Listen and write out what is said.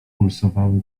pulsowały